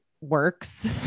works